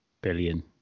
billion